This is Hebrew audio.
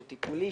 שהוא טיפולי,